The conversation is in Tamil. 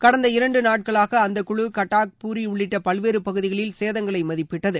கடந்த இரண்டு நாட்களாக அந்த குழு கட்டக் பூரி உள்ளிட்ட பல்வேறு பகுதிகளில் கேதங்களை மதிப்பிட்டது